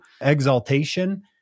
exaltation